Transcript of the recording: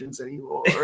anymore